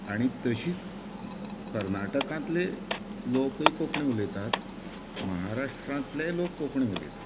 आनी तशीच कर्नांटकांतले लोकय कोंकणी उलयतात महाराष्ट्रांतलेय लोक कोंकणी उलयतात